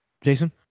Jason